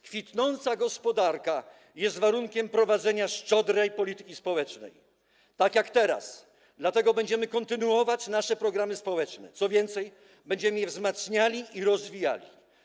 Kwitnąca gospodarka jest warunkiem prowadzenia szczodrej polityki społecznej, tak jak teraz, dlatego będziemy kontynuować nasze programy społeczne, co więcej, będziemy je wzmacniali i rozwijali.